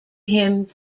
him